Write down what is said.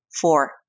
four